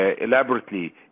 elaborately